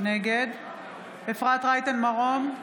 נגד אפרת רייטן מרום,